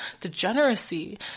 degeneracy